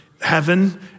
heaven